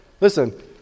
listen